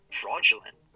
fraudulent